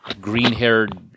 green-haired